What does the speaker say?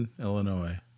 Illinois